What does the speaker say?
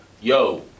yo